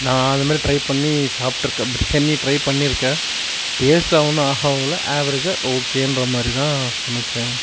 நான் அது மாரி டிரை பண்ணி சாப்பிட்ருக்கேன் பிரியாணி டிரை பண்ணியிருக்கேன் டேஸ்ட்யெலாம் ஒன்றும் ஆஹா ஓஹோவும் இல்லை ஆவேரேஜாக ஓகேகிற மாதிரிதான் சமைத்தேன்